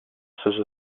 sözü